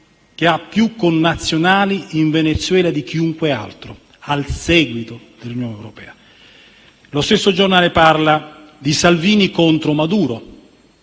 che ha più connazionali in Venezuela di chiunque altro, è al seguito dell'Unione europea. In secondo luogo, lo stesso giornale parla di Salvini contro Maduro.